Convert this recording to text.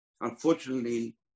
unfortunately